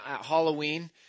Halloween